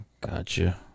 gotcha